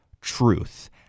truth